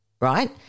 right